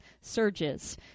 surges